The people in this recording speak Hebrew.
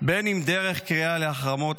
אם דרך קריאה לחרמות,